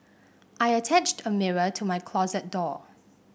I attached a mirror to my closet door